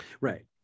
Right